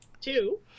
Two